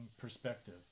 perspective